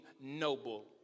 noble